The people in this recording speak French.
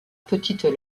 petite